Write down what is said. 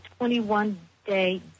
21-day